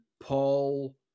Paul